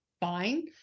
fine